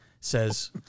says